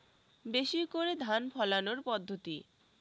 বেশি করে ধান ফলানোর পদ্ধতি?